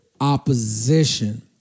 opposition